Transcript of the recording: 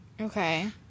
Okay